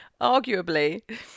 arguably